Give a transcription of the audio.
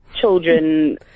children